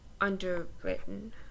underwritten